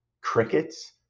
crickets